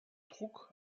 druck